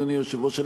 אדוני היושב-ראש,